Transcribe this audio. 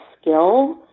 skill